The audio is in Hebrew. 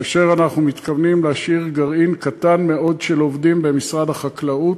ואנחנו מתכוונים להשאיר גרעין קטן מאוד של עובדים במשרד החקלאות,